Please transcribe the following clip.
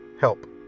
Help